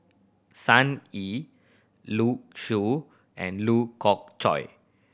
Sun Yee Liu Shu and Lee Khoon Choy